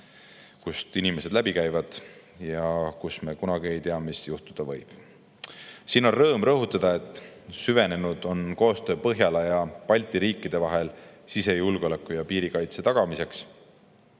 kust inimesed läbi käivad ja kus kunagi ei tea, mis juhtuda võib. On rõõm rõhutada, et süvenenud on koostöö Põhjala ja Balti riikide vahel sisejulgeoleku ja piirikaitse tagamiseks.